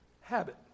Habit